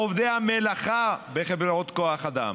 עובדי המלאכה בחברות כוח אדם.